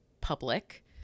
public